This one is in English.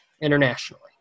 internationally